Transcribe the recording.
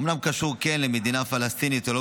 אומנם קשור כן למדינה פלסטינית או לא